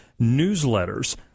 newsletters